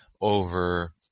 over